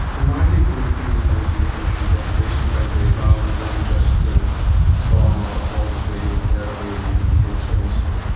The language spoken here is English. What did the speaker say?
and why were you putting it down to the androgen deprivation therapy rather than just the trauma of all this radiotherapy and having cancer and so on?